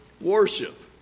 worship